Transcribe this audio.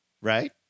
right